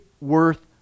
worth